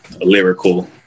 lyrical